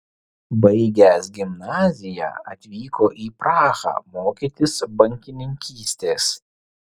baigęs gimnaziją atvyko į prahą mokytis bankininkystės